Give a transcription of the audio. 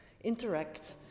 interact